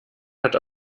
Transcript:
hat